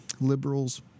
liberals